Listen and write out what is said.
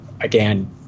again